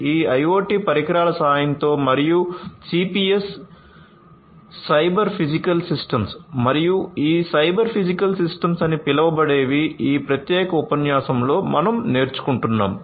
ఈ ఐయోటి పరికరాల సహాయంతో మరియు సిపిఎస్ సైబర్ ఫిజికల్ సిస్టమ్స్ మరియు ఈ సైబర్ ఫిజికల్ సిస్టమ్స్ అని పిలవబడేవి ఈ ప్రత్యేక ఉపన్యాసంలో మనం నేర్చుకుంటున్నాము